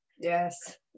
yes